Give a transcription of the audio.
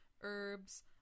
herbs